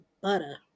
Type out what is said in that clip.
butter